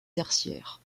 tertiaires